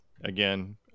again